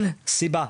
הנה, סיבה.